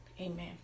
amen